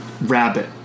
rabbit